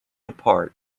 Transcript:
apart